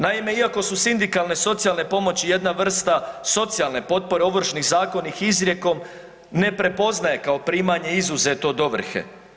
Naime, iako su sindikalne socijalne pomoći jedna vrsta socijalne potpore, Ovršni zakon ih izrijekom ne prepoznaje kao primanje izuzeto od ovrhe.